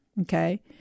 okay